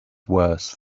worse